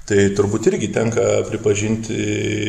tai turbūt irgi tenka pripažinti